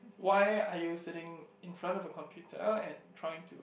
why are you sitting in front of a computer and trying to